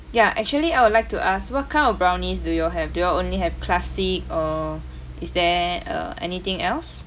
ya actually I would like to ask what kind of brownies do you all have do you all only have classic or is there err anything else